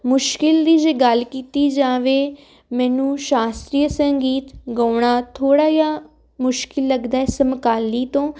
ਮੁਸ਼ਕਿਲ ਦੀ ਜੇ ਗੱਲ ਕੀਤੀ ਜਾਵੇ ਮੈਨੂੰ ਸ਼ਾਸਤਰੀ ਸੰਗੀਤ ਗਾਉਣਾ ਥੋੜਾ ਜਿਹਾ ਮੁਸ਼ਕਿਲ ਲੱਗਦਾ ਸਮਕਾਲੀ ਤੋਂ